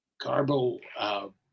Carbo